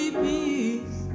peace